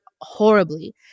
horribly